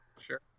Sure